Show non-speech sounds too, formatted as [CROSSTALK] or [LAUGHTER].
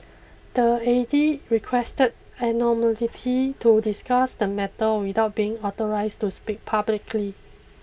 the [UNINTELLIGIBLE] requested anonymity to discuss the matter without being authorised to speak publicly